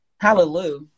Hallelujah